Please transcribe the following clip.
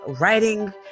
writing